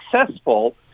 successful